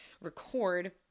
record